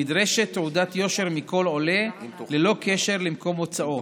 נדרשת תעודת יושר מכל עולה ללא קשר למקום מוצאו.